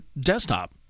desktop